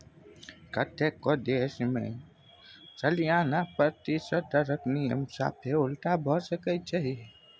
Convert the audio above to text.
कतेको देश मे सलियाना प्रतिशत दरक नियम साफे उलटा भए सकै छै